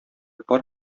пар